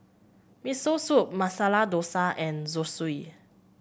Miso Soup Masala Dosa and Zosui